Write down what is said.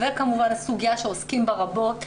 וכמובן הסוגיה שעוסקים בה רבות,